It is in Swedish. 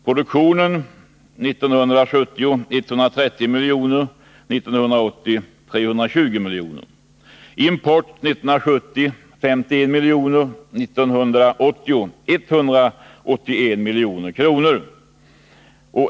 Produktionen omfattade 1970 130 milj.kr., 1980 320 milj.kr. Importen var 1970 51 milj.kr., 1980 181 milj.kr.